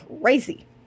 crazy